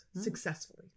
successfully